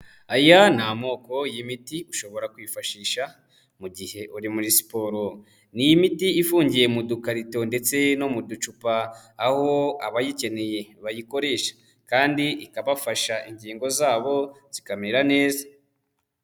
Aya ni amoko y'imiti ushobora kwiyifashisha mu gihe uri muri siporo, ni imiti ifungiye mu dukarito ndetse no mu ducupa, aho abayikeneye bayikoresha, kandi ikabafasha, ingingo zabo zikamera neza.